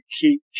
keep